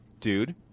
dude